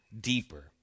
deeper